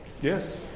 Yes